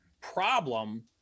problem